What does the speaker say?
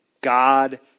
God